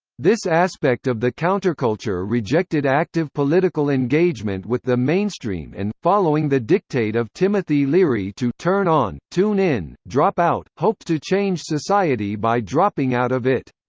this aspect of the counterculture rejected active political engagement with the mainstream and, following the dictate of timothy leary to turn on, tune in, drop out, hoped to change society by dropping out of it.